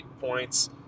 points